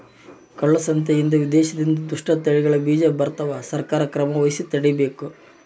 ಕಾಳ ಸಂತೆಯಿಂದ ವಿದೇಶದಿಂದ ದುಷ್ಟ ತಳಿಗಳ ಬೀಜ ಬರ್ತವ ಸರ್ಕಾರ ಕ್ರಮವಹಿಸಿ ತಡೀಬೇಕು